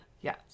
yes